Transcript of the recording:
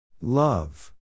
Love